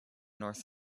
north